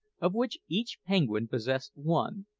of which each penguin possessed one,